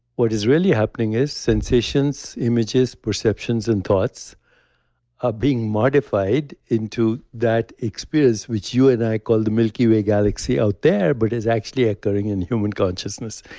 what is really happening is sensations, images, perceptions and thoughts are being modified into that experience, which you and i call the milky way galaxy out there, but is actually occurring in human consciousness.